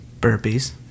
Burpees